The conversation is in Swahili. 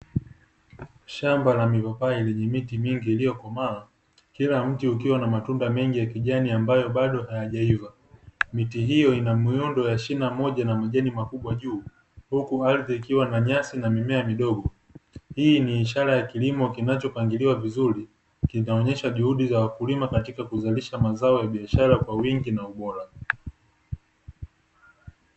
Shamba la mipapai lenye miti mingi iliyokomaa. Kila mti ukiwa na matunda mengi ya kijani ambayo bado haijaiva. Miti hiyo ina muundo wa shina moja na majani makubwa juu. Huku ardhi ikiwa na nyasi na mimea midogo. Hii ni ishara ya kilimo kinachopangiliwa vizuri kinaonesha juu ya wakulima katika kuzalisha mazao ya biashara kwa wingi na ubora.